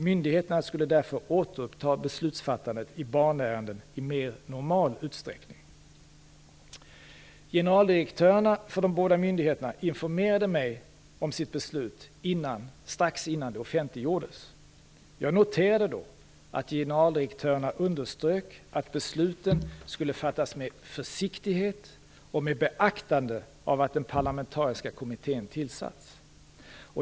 Myndigheterna skulle därför återuppta beslutsfattandet i barnärenden i mer normal utsträckning. Generaldirektörerna för de båda myndigheterna informerade mig om sitt beslut strax innan det offentliggjordes. Jag noterade då att generaldirektörerna underströk att besluten skulle fattas med försiktighet och med beaktande av att den parlamentariska kommittén tillsatts.